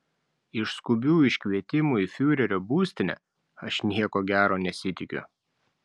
iš skubių iškvietimų į fiurerio būstinę aš nieko gero nesitikiu